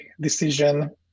decision